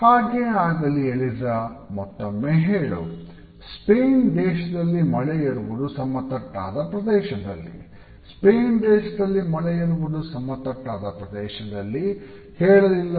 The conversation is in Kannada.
ಹಾಗೆ ಆಗಲಿ ಎಲಿಝ ಮತ್ತೊಮ್ಮೆ ಹೇಳು ಸ್ಪೇನ್ ದೇಶದಲ್ಲಿ ಮಳೆ ಇರುವುದು ಸಮತಟ್ಟಾದ ಪ್ರದೇಶದಲ್ಲಿ ಸ್ಪೇನ್ ದೇಶದಲ್ಲಿ ಮಳೆ ಇರುವುದು ಸಮತಟ್ಟಾದ ಪ್ರದೇಶದಲ್ಲಿ ಹೇಳಲಿಲ್ಲವಾ